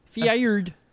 fired